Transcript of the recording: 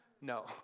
No